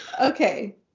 Okay